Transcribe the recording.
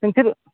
नोंसोर